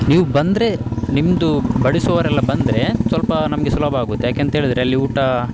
ನೀವು ಬಂದರೆ ನಿಮ್ಮದು ಬಡಿಸುವವರೆಲ್ಲ ಬಂದರೆ ಸ್ವಲ್ಪ ನಮಗೆ ಸುಲಭ ಆಗುತ್ತೆ ಯಾಕೆ ಅಂತೇಳಿದರೆ ಅಲ್ಲಿ ಊಟ